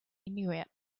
inuit